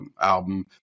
album